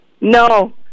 No